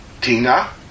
Tina